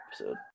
episode